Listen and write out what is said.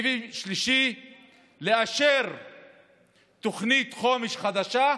לאשר תוכנית חומש חדשה,